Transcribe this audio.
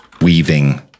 weaving